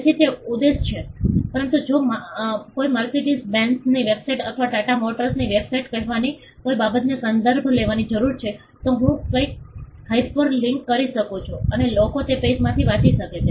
તેથી તે ઉદ્દેશ છે પરંતુ જો મારે મર્સિડીઝ બેન્ઝMercedes Benz'sની વેબસાઇટ અથવા ટાટા મોટરનીTata motor's વેબસાઇટ કહેવાની કોઈ બાબતનો સંદર્ભ લેવાની જરૂર છે તો હું કંઈક હાયપરલિંક કરી શકું છું અને લોકો તે પેઈજમાંથી વાંચી શકે છે